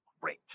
great